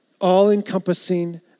all-encompassing